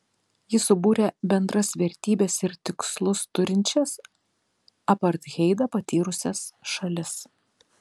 ji subūrė bendras vertybes ir tikslus turinčias apartheidą patyrusias šalis